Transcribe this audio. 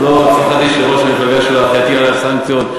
את לא תפחדי שראש המפלגה שלך יטיל עלייך סנקציות,